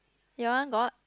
your one got